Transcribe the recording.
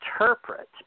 interpret